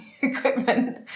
equipment